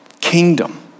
kingdom